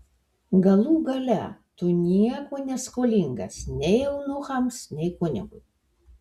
galų gale tu nieko neskolingas nei eunuchams nei kunigui